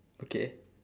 okay